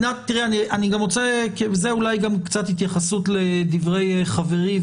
זה אולי קצת התייחסות לדברי חברי,